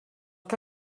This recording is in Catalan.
que